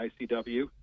ICW